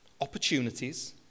opportunities